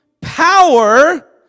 power